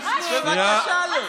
בבקשה, לא.